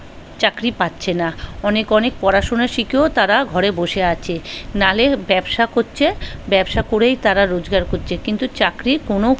চাকরি পাচ্ছে না অনেক অনেক পড়াশোনা শিখেও তারা ঘরে বসে আছে নাহলে ব্যবসা করছে ব্যবসা করেই তারা রোজগার করছে কিন্তু চাকরির কোনো